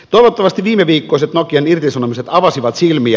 toivottavasti viimeviikkoiset nokian irtisanomiset avasivat silmiä